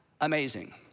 amazing